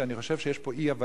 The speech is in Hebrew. אני חושב שיש פה אי-הבנה.